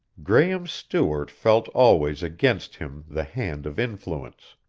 graehme stewart felt always against him the hand of influence.